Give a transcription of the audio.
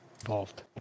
involved